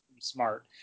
smart